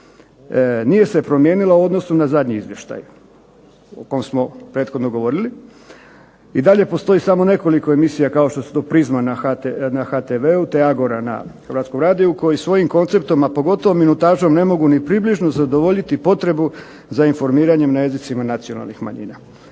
nije se promijenila u odnosu na zadnji izvještaj, o kojem smo prethodno govorili, i dalje postoji samo nekoliko emisija kao što su to Prizma na HTV-u te Agora na Hrvatskom radiju, koji svojim konceptom a pogotovo minutažom ne mogu ni približno zadovoljiti potrebu za informiranjem na jezicima nacionalnih manjina.